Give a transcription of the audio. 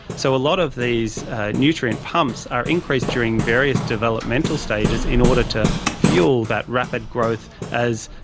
so a lot of these nutrient pumps are increased during various developmental stages in order to fuel that rapid growth as,